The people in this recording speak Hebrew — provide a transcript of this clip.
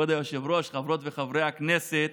כבוד היושב-ראש, חברות וחברי הכנסת,